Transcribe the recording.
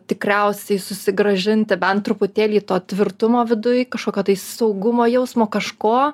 tikriausiai susigrąžinti bent truputėlį to tvirtumo viduj kašokio tais saugumo jausmo kažko